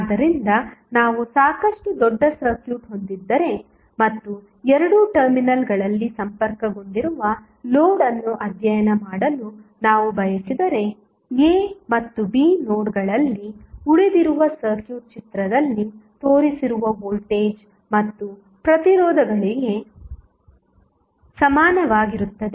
ಆದ್ದರಿಂದ ನಾವು ಸಾಕಷ್ಟು ದೊಡ್ಡ ಸರ್ಕ್ಯೂಟ್ಹೊಂದಿದ್ದರೆ ಮತ್ತು ಎರಡು ಟರ್ಮಿನಲ್ಗಳಲ್ಲಿ ಸಂಪರ್ಕಗೊಂಡಿರುವ ಲೋಡ್ ಅನ್ನು ಅಧ್ಯಯನ ಮಾಡಲು ನಾವು ಬಯಸಿದರೆ a ಮತ್ತು b ನೋಡ್ಗಳಲ್ಲಿ ಉಳಿದಿರುವ ಸರ್ಕ್ಯೂಟ್ ಚಿತ್ರದಲ್ಲಿ ತೋರಿಸಿರುವ ವೋಲ್ಟೇಜ್ ಮತ್ತು ಪ್ರತಿರೋಧಗಳಿಗೆ ಸಮಾನವಾಗಿರುತ್ತದೆ